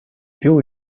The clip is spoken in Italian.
più